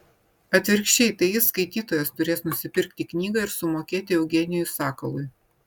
atvirkščiai tai jis skaitytojas turės nusipirkti knygą ir sumokėti eugenijui sakalui